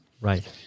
Right